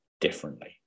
differently